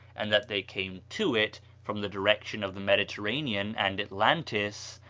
and that they came to it from the direction of the mediterranean and atlantis,